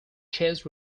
czech